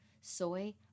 soy